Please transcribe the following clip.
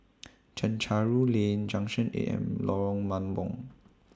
Chencharu Lane Junction eight and Lorong Mambong